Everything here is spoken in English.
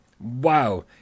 Wow